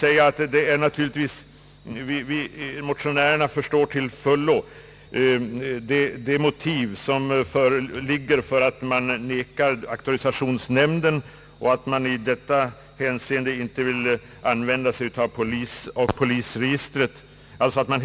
Jag vill till slut säga att motionärerna till fullo inser att det är nödvändigt att polisregistret användes mycket försiktigt och med mycket stor urskillning.